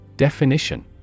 Definition